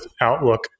outlook